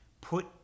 put